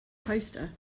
poster